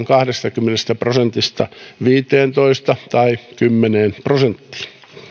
kahdestakymmenestä prosentista viiteentoista tai kymmeneen prosenttiin